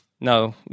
No